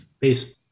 Peace